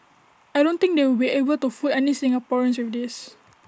I don't think they will be able to fool any Singaporeans with this